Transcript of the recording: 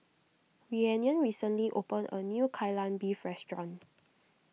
Rhiannon recently opened a new Kai Lan Beef restaurant